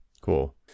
Cool